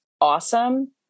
awesome